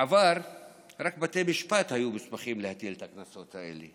בעבר רק בתי משפט היו מוסמכים להטיל את הקנסות האלה.